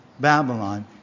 Babylon